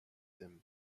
them